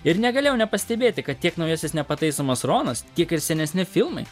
ir negalėjau nepastebėti kad tiek naujasis nepataisomas ronas tiek ir senesni filmai